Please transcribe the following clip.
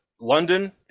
london